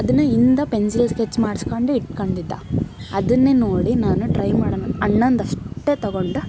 ಅದನ್ನ ಇಂದ pencil sketch ಮಾಡ್ಸ್ಕೊಂಡು ಇಟ್ಕಂಡಿದ್ದ ಅದನ್ನೇ ನೋಡಿ ನಾನು ಟ್ರೈ ಮಾಡೋಣ ಅಣ್ಣಂದು ಅಷ್ಟೇ ತೊಗೊಂಡೆ